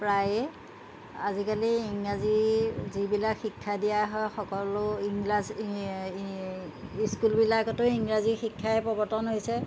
প্ৰায়ে আজিকালি ইংৰাজী যিবিলাক শিক্ষা দিয়া হয় সকলো ইংৰাজ স্কুলবিলাকতো ইংৰাজী শিক্ষাই প্ৰৱৰ্তন হৈছে